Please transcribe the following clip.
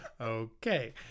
Okay